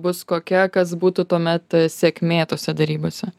bus kokia kas būtų tuomet sėkmė tose derybose